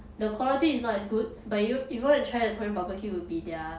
the quality is not as good but you if you want to try the korean barbecue it'll will be their